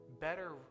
better